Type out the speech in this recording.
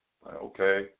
Okay